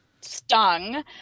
stung